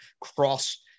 cross